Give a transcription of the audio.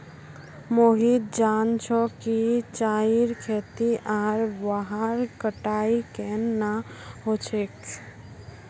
मोहित जान छ कि चाईर खेती आर वहार कटाई केन न ह छेक